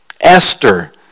Esther